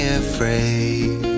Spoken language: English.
afraid